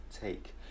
take